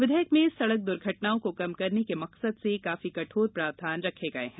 विधेयक में सड़क दुर्घटनाओं को कम करने के मकसद से काफी कठोर प्रावधान रखे गये हैं